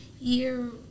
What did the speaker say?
year